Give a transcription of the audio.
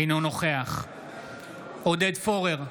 אינו נוכח עודד פורר,